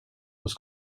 was